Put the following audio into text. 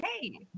Hey